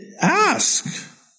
ask